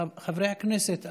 חברי הכנסת,